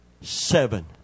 seven